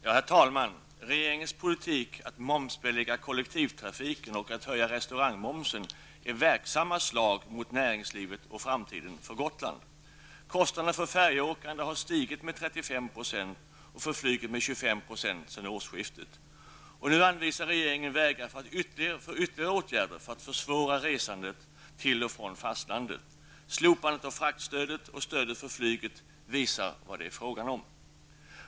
Herr talman! Regeringens politik att momsbelägga kollektivtrafiken och att höja restaurangmomsen är verksamma slag mot näringslivet och framtiden för Gotland. Kostnaderna för färjeåkande har stigit med 35 % och för flyget med 25 % sedan årsskiftet. Slopandet av fraktstödet och stödet för flyget visar vad det är fråga om.